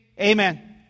amen